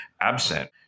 absent